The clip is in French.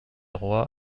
roy